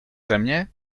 země